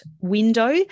window